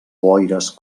boires